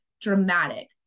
dramatic